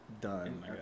done